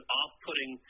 off-putting